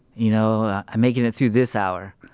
you know? i'm making it through this hour,